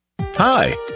Hi